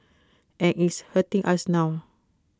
and it's hurting us now